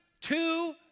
two